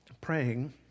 praying